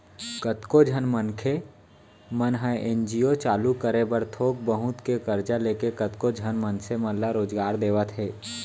कतको झन मनखे मन ह एन.जी.ओ चालू करे बर थोक बहुत के करजा लेके कतको झन मनसे मन ल रोजगार देवत हे